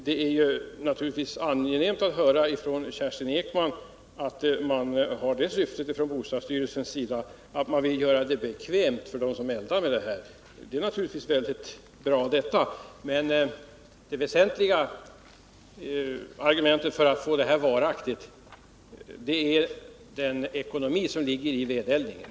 Det är naturligtvis angenämt att höra Kerstin Ekman säga att man från bostadsstyrelsens sida har det syftet att man vill göra det bekvämt för dem som eldar med ved. Detta är bra, men det väsentligaste argumentet för att en övergång till vedeldning skall bli varaktig är de ekonomiska fördelar som ligger i vedeldning.